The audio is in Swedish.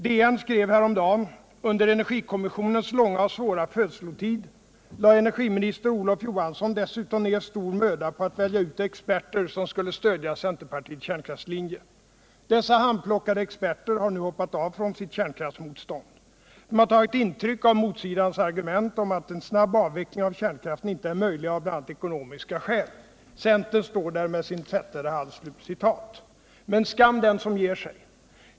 DN skrev häromdagen: ”Under energikommissionens långa och svåra födslotid lade energiminister Olof Johansson dessutom ned stor möda på att välja ut experter som skulle stödja centerpartiets kärnkraftslinje. Dessa handplockade experter har nu hoppat av från sitt kärnkraftsmotstånd. De har tagit intryck av motsidans argument om att en snabb avveckling av kränkraften inte är möjlig av bl.a. ekonomiska skäl. Centern står där med sin tvättade hals.” Men skam den som ger sig.